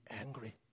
angry